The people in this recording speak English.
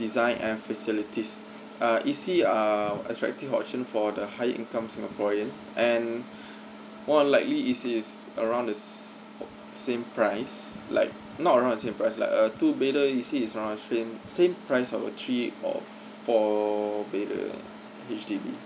design and facilities uh E_C are attractive option for the higher income singaporean and or likely E_C is around the s~ same price like not around a same price err like two better E_C is around actually same price priority of for better H_D_B